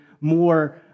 more